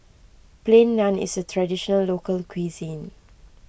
Plain Naan is a Traditional Local Cuisine